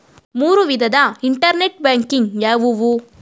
ಮೂರು ವಿಧದ internet banking ಯಾವುವು?